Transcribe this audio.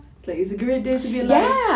its like its a great day to be alive